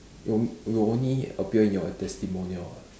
it will it will only appear in your testimonial [what]